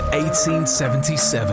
1877